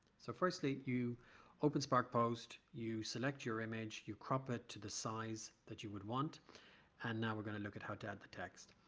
so firstly you open spark post, you select your image, you crop it to the size that you would want and now we're going to look at how to add the text.